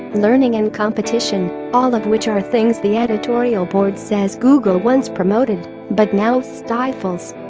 learning and competition, all of which are things the editorial board says google once promoted, but now stifles